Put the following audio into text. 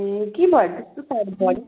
ए के भएर त्यस्तो साह्रो बढ्यो